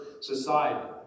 society